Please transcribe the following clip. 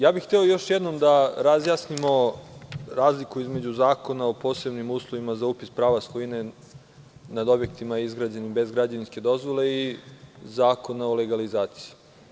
Ja bih hteo još jednom da razjasnimo razliku između Zakona o posebnim uslovima za upis prava svojine nad objektima izgrađenim bez građevinske dozvole i Zakona o legalizaciji.